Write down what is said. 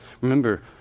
Remember